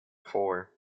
four